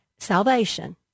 Salvation